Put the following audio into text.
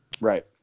Right